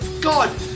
God